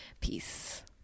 peace